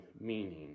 meaning